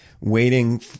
waiting